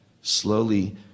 slowly